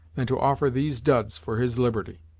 than to offer these duds for his liberty.